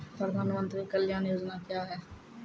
प्रधानमंत्री कल्याण योजना क्या हैं?